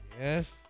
Yes